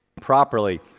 properly